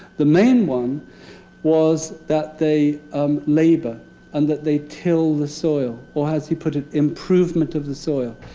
the main one was that they um labor and that they till the soil. or, as he put it, improvement of the soil.